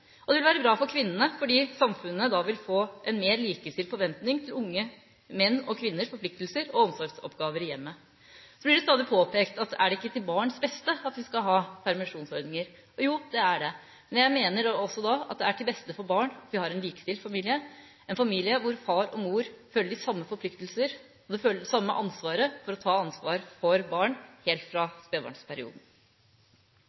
Det vil være bra for kvinnene fordi samfunnet da vil få en mer likestilt forventning til unge menns og kvinners forpliktelser og omsorgsoppgaver i hjemmet. Så blir det stadig påpekt: Er det ikke til barns beste at vi skal ha permisjonsordninger? Jo, det er det, men jeg mener også at det er til det beste for barn at vi har en likestilt familie, en familie hvor far og mor føler de samme forpliktelser, det samme ansvaret for å ta ansvar for barn helt fra